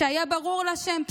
שהיה ברור לה שהם פסולים.